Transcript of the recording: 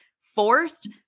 forced